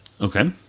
Okay